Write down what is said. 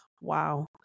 wow